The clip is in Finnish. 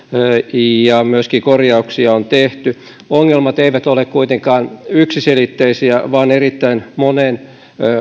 ja myöskin korjauksia on tehty ongelmat eivät ole kuitenkaan yksiselitteisiä vaan erittäin monen